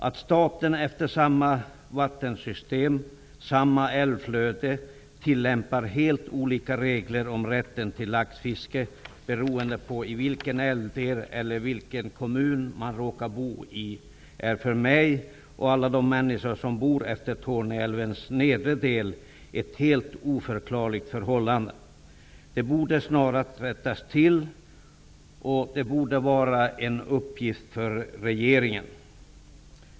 Att staten utmed samma vattensystem, samma älvflöde, tillämpar helt olika regler för rätten till laxfiske beroende på vid vilken älvdel eller i vilken kommun man råkar bo är för mig och alla de människor som bor utmed Torne älvs nedre del ett helt oförklarligt förhållande. Det borde snarast rättas till, och det borde vara en uppgift för regeringen.